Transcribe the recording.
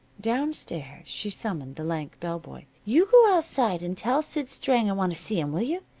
down-stairs she summoned the lank bell-boy. you go outside and tell sid strang i want to see him, will you?